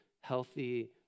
healthy